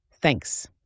Thanks